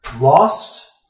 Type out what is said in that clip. Lost